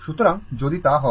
সুতরাং যদি তা হয়